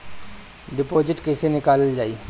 Deposit कैसे निकालल जाइ?